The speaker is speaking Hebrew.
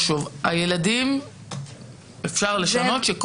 אפשר לשנות שכל הילדים מקבלים בלי קשר,